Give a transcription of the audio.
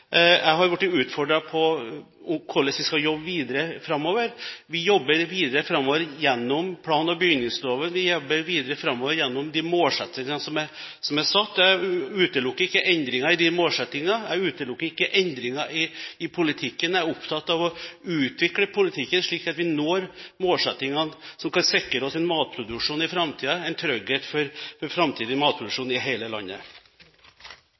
Jeg er blitt utfordret på hvordan vi skal jobbe videre framover. Vi jobber videre framover gjennom plan- og bygningsloven. Vi jobber videre framover gjennom de målsettingene som er satt. Jeg utelukker ikke endringer i de målsettingene. Jeg utelukker ikke endringer i politikken. Jeg er opptatt av å utvikle politikken slik at vi når målsettingene som kan sikre oss en matproduksjon i framtida og en trygghet for framtidig matproduksjon i hele landet.